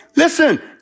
Listen